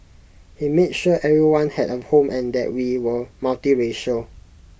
he made sure everyone had A home and that we were multiracial